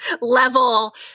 level